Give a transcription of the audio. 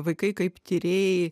vaikai kaip tyrėjai